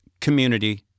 community